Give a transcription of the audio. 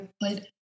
played